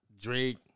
Drake